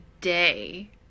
day